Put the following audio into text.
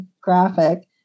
graphic